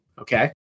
okay